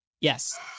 Yes